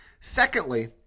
Secondly